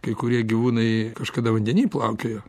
kai kurie gyvūnai kažkada vandeny plaukiojo